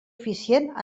eficient